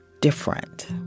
different